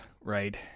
right